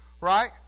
right